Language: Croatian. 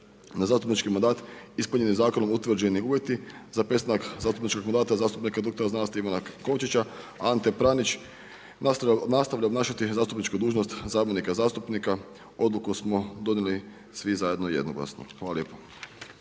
na zastupnički mandat ispunjeni zakonom utvrđeni uvjeti za prestanak zastupničkog mandata zastupnika dr. znanosti Ivana Kovačića, Ante Pranić nastavlja obnašati zastupničku dužnost sabornika zastupnika, odluku smo donijeli svi zajedno jednoglasno. Hvala lijepo.